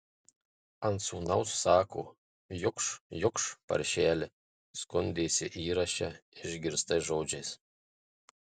ant sūnaus sako jukš jukš paršeli skundėsi įraše išgirstais žodžiais